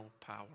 power